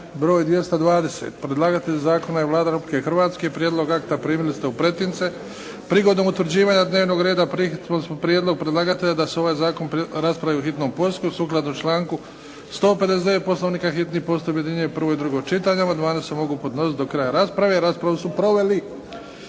br. 220. Predlagatelj zakona je Vlada Republike Hrvatske. prijedlog akta primili ste u pretince. Prigodom utvrđivanja dnevnog reda prihvatili smo prijedlog predlagatelja da se ovaj zakon raspravu u hitnom postupku, sukladno članku 159. Poslovnika, hitni postupak objedinjuje prvo i drugo čitanje. Amandmani se mogu podnositi do kraja rasprave. Raspravu su proveli